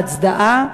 הצדעה,